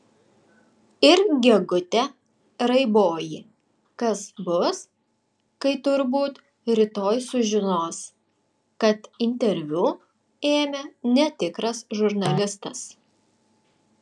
ir gegute raiboji kas bus kai turbūt rytoj sužinos kad interviu ėmė netikras žurnalistas